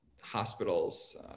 hospitals